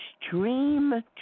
extreme